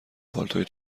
پالتوی